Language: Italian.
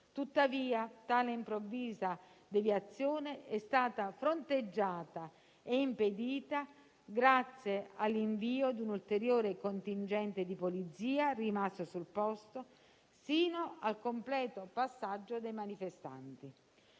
Tuttavia, tale improvvisa deviazione è stata fronteggiata e impedita, grazie all'invio di un ulteriore contingente di polizia, rimasto sul posto fino al completo passaggio dei manifestanti.